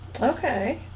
Okay